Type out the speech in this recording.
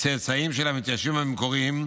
צאצאים של המתיישבים המקוריים,